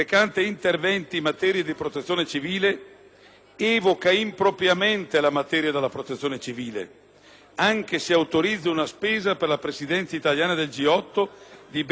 evoca impropriamente la materia della protezione civile, anche se autorizza una spesa per la Presidenza italiana del G8 di ben 233 milioni di euro.